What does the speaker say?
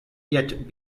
yet